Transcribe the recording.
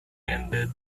ended